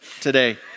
today